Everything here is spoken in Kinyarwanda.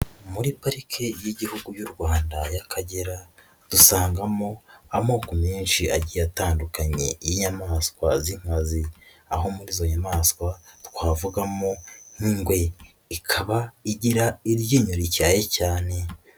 Muri parike y'Igihugu y'u Rwanda y'Akagera dusangamo amoko menshi agiye atandukanye y'inyamaswa z'inkaziri aho muri izo nyamaswa twavugamo n'ingwe, ikaba igira iryinyo rityaye cyane.